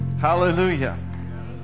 Hallelujah